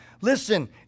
Listen